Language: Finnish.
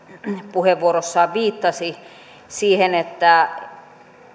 puheenvuorossaan viittasi siihen että